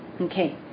Okay